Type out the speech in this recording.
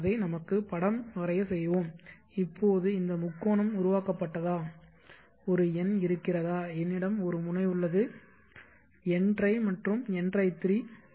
அதை நமக்கு படம் வரைய செய்வோம் இப்போது இந்த முக்கோணம் உருவாக்கப்பட்டதா ஒரு n இருக்கிறதா என்னிடம் ஒரு முனை உள்ளது ntri மற்றும் ntri3